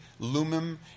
Lumim